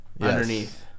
underneath